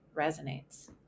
resonates